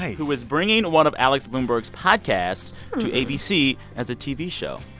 who is bringing one of alex blumberg's podcasts to abc as a tv show.